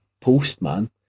Postman